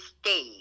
stay